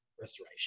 restoration